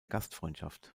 gastfreundschaft